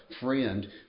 friend